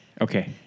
Okay